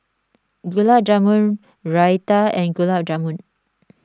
Gulab Jamun Raita and Gulab Jamun